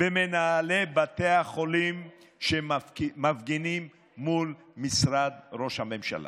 במנהלי בתי החולים שמפגינים מול משרד ראש הממשלה.